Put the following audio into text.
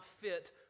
fit